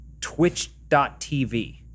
twitch.tv